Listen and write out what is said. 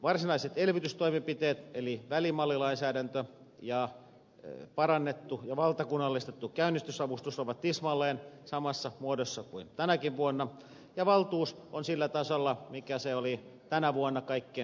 varsinaiset elvytystoimenpiteet eli välimallilainsäädäntö ja parannettu ja valtakunnallistettu käynnistysavustus ovat tismalleen samassa muodossa kuin tänäkin vuonna ja valtuus on sillä tasolla mikä se oli tänä vuonna kaikkien lisäbudjettien jälkeen